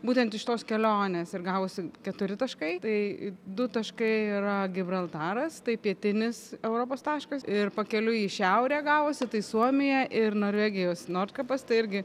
būtent iš tos kelionės ir gavosi keturi taškai tai du taškai yra gibraltaras tai pietinis europos taškas ir pakeliui į šiaurę gavosi tai suomija ir norvegijos nord kapas tai irgi